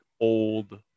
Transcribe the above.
old